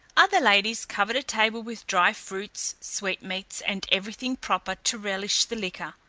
other ladies covered a table with dry fruits, sweetmeats, and everything proper to relish the liquor